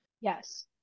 Yes